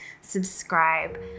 subscribe